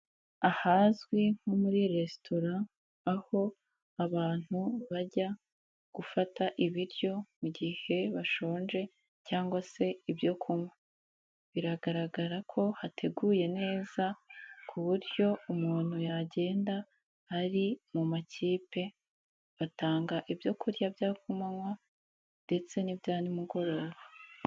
Ahazwi nko muri resitora aho abantu bajya gufata ibiryo mu gihe bashonje cyangwa se ibyo kunywa, biragaragara ko hateguye neza ku buryo umuntu yagenda ari mu makipe, batanga ibyo kurya bya kumanywa ndetse n'ibya nimugoroba.